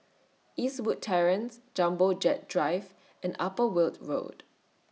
Eastwood Terrace Jumbo Jet Drive and Upper Weld Road